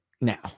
Now